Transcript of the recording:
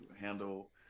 handle